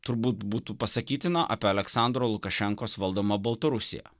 turbūt būtų pasakytina apie aleksandro lukašenkos valdomą baltarusiją